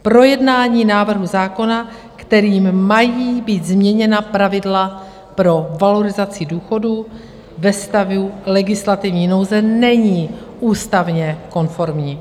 Projednání návrhu zákona, kterým mají být změněna pravidla pro valorizaci důchodů ve stavu legislativní nouze, není ústavně konformní.